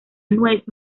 nuez